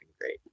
great